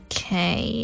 Okay